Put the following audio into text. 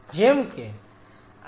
જેમ કે આ વાહીનીઓ અથવા નસો છે